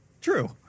True